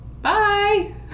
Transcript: Bye